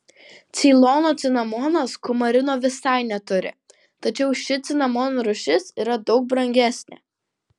ceilono cinamonas kumarino visai neturi tačiau ši cinamono rūšis yra daug brangesnė